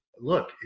Look